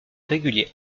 régulier